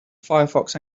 firefox